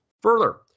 Further